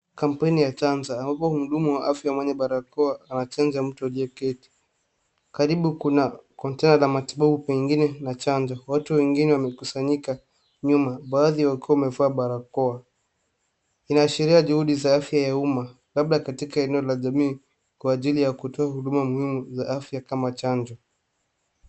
Kampuni ya Chansa ambapo mhudumu wa afya mwenye barakoa anachanja mtu aliyeketi. Karibu kuna kontaa la matibabu pengine na chanja. Watu wengine wamekusanyika nyuma baadhi wakiwa wamevaa barakoa. Inaashiria juhudi za afya ya umma labda katika eneo la jamii kwa ajili ya kutoa huduma muhimu za afya kama chanjo.